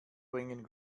bringen